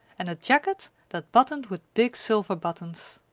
and a jacket that buttoned with big silver buttons.